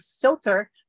filter